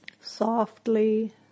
Softly